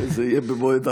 וזה יהיה במועד אחר.